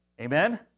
Amen